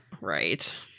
Right